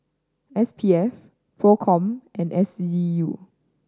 S P F Procom and S D U